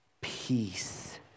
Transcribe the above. peace